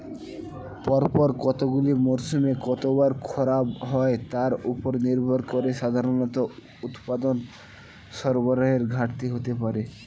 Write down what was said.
পরপর কতগুলি মরসুমে কতবার খরা হয় তার উপর নির্ভর করে সাধারণত উৎপাদন সরবরাহের ঘাটতি হতে পারে